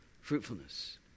fruitfulness